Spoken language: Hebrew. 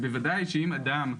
ובוודאי שאם אדם,